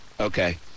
Okay